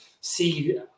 see